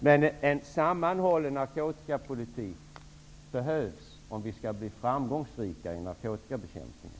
Men en sammanhållen narkotikapolitik behövs om vi skall bli framgångsrika i narkotikabekämpningen.